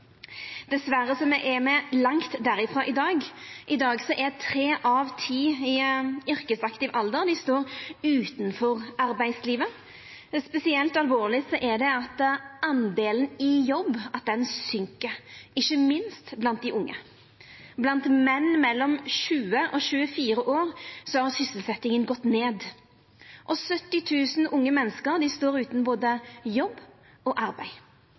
Dessverre er me langt derifrå i dag. I dag står tre av ti i yrkesaktiv alder utanfor arbeidslivet. Spesielt alvorleg er det at den delen som er i jobb, søkk, ikkje minst blant dei unge. Blant menn mellom 20 og 24 år har sysselsetjinga gått ned. 70 000 unge menneske står utan arbeid, og